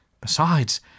Besides